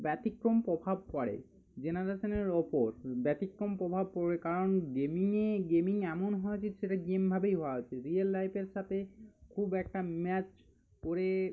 ব্যতিক্রম প্রভাব পড়ে জেনারেশানের ওপর ব্যতিক্রম প্রভাব পড়ে কারণ গেমিংয়ে গেমিং এমন হওয়া উচিত সেটা গেমভাবেই হওয়া উচিত রিয়েল লাইফের সাথে খুব একটা ম্যাচ করে